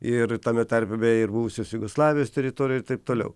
ir tame tarpe beje ir buvusios jugoslavijos teritorijoj ir taip toliau